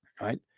right